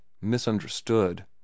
misunderstood